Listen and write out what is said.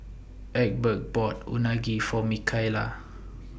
Egbert bought Unagi For Mikayla